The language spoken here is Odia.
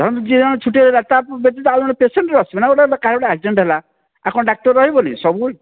ଧରନ୍ତୁ ଯିଏ ଜଣେ ଛୁଟି ନେଲା ତା ବ୍ୟତୀତ ଆଉ ଜଣେ ପେସେଣ୍ଟର ଆସିବ ନା ଗୋଟେ କାହାର ଗୋଟେ ଆକ୍ସିଡ଼େଣ୍ଟ ହେଲା ଆଉ କଣ ଡ଼ାକ୍ତର ରହିବନି ସବୁ